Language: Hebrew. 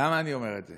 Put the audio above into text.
למה אני אומר את זה?